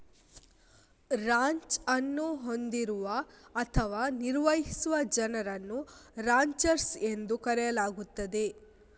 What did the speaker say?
ranch ಅನ್ನು ಹೊಂದಿರುವ ಅಥವಾ ನಿರ್ವಹಿಸುವ ಜನರನ್ನು ರಾಂಚರ್ಸ್ ಎಂದು ಕರೆಯಲಾಗುತ್ತದೆ